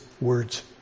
words